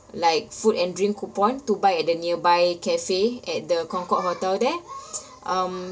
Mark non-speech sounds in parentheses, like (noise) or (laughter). like food and drink coupon to buy at the nearby cafe at the concorde (noise) hotel there (breath) um